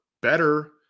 better